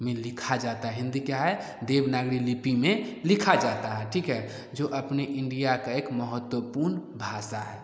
में लिखी जाती है हिन्दी क्या है देवनागरी लिपि में लिखी जाती है ठीक है जो अपने इंडिया की एक महत्वपूर्ण भाषा है